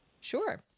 Sure